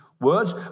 Words